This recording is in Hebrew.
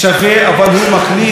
שווה אבל הוא מחליט,